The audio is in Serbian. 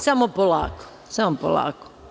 Samo polako, samo polako.